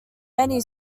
many